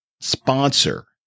sponsor